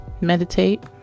meditate